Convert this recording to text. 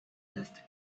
dust